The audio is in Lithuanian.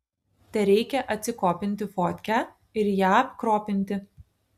tereikia atsikopinti fotkę ir ją apkropinti